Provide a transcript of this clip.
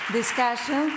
discussion